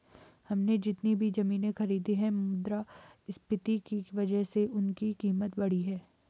हमने जितनी भी जमीनें खरीदी हैं मुद्रास्फीति की वजह से उनकी कीमत बढ़ी है